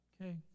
Okay